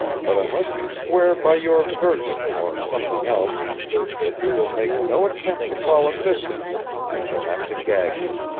but unless you swear by your virgin or something else that you will make no attempt to call assistance i shall have to gag you.